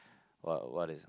what what is